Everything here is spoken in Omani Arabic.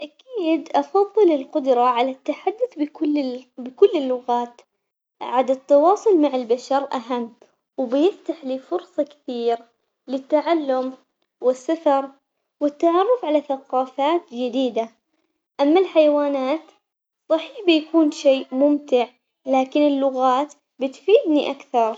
أكيد أفضل القدرة على التحدث بكل ال- بكل اللغات عاد التواصل مع البشر أهم، وبيفتح لي فرصة كثير للتعلم والسفر والتعرف على ثقافات جديدة، أما الحيوانات صحيح بيكون شي ممتع لكن اللغات بتفيدني أكثر.